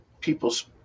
people's